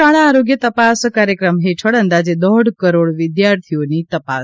શાળા આરોગ્ય તપાસ કાર્યક્રમ હેઠળ અંદાજે દોઢ કરોડ વિદ્યાર્થીઓની તપાસ